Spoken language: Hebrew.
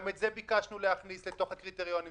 גם את זה ביקשנו להכניס בתוך הקריטריונים,